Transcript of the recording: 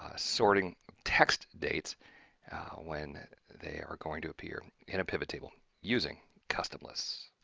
ah sorting text dates when they are going to appear in a pivot table using custom lists.